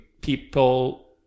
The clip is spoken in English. people